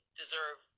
deserve